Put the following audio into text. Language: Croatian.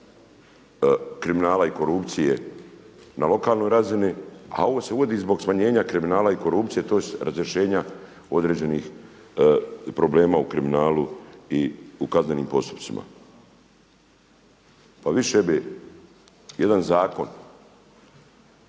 kriminala i korupcije na lokalnoj razini, a ovo se uvodi zbog smanjenja kriminala i korupcije tj. razrješenja određenih problema u kriminalu i kaznenim postupcima. A više bi jedan zakon